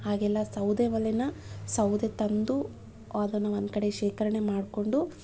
ಆಗೆಲ್ಲ ಸೌದೆ ಒಲೆನ ಸೌದೆ ತಂದು ಅದನ್ನು ಒಂದು ಕಡೆ ಶೇಖರಣೆ ಮಾಡಿಕೊಂಡು